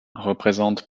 représentent